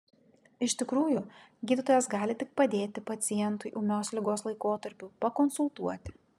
iš tikrųjų gydytojas gali tik padėti pacientui ūmios ligos laikotarpiu pakonsultuoti